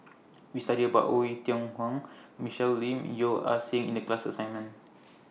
We studied about Oei Tiong Ham Michelle Lim Yeo Ah Seng in The class assignment